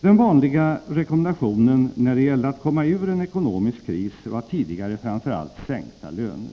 Den vanliga rekommendationen när det gällde att komma ur en ekonomisk kris var tidigare framför allt sänkta löner.